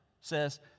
says